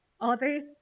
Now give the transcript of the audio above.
others